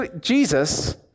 Jesus